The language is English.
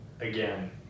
again